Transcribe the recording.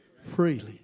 freely